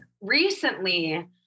recently